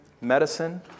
medicine